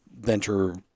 venture